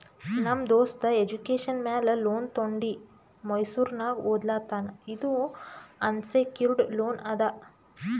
ನಮ್ ದೋಸ್ತ ಎಜುಕೇಷನ್ ಮ್ಯಾಲ ಲೋನ್ ತೊಂಡಿ ಮೈಸೂರ್ನಾಗ್ ಓದ್ಲಾತಾನ್ ಇದು ಅನ್ಸೆಕ್ಯೂರ್ಡ್ ಲೋನ್ ಅದಾ